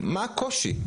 מה הקושי?